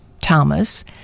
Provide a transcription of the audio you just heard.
Thomas